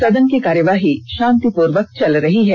सदन की कार्यवाही शांतिपूर्वक चल रही है